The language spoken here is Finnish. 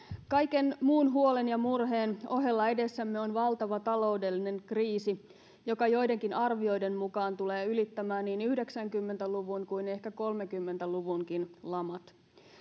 kaiken muun huolen ja murheen ohella edessämme on valtava taloudellinen kriisi joka joidenkin arvioiden mukaan tulee ylittämään niin yhdeksänkymmentä luvun kuin ehkä kolmekymmentä luvunkin lamat